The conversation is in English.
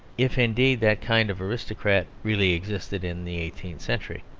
if indeed that kind of aristocrat really existed in the eighteenth century.